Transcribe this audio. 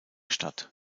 stadt